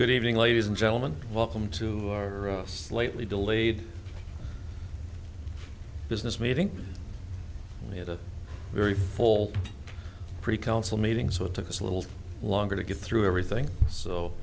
good evening ladies and gentlemen welcome to our slightly delayed business meeting we had a very full pretty council meeting so it took us a little longer to get through everything so